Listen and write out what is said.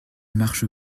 marche